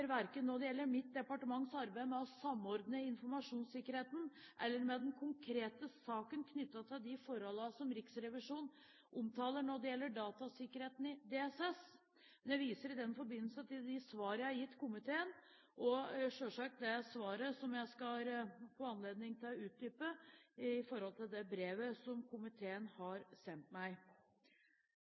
verken når det gjelder mitt departements arbeid med å samordne informasjonssikkerheten, eller når det gjelder den konkrete saken knyttet til de forholdene som Riksrevisjonen omtaler med hensyn til datasikkerheten i DSS, men jeg viser i den forbindelse til de svar jeg har gitt komiteen, og selvsagt til det svaret som jeg skal få anledning til å utdype i forhold til det brevet som komiteen har sendt meg.